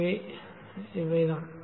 எனவே அதுதான்